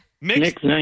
Mix